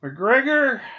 McGregor